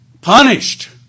punished